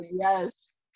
yes